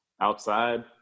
outside